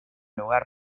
hogar